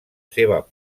seva